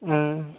آ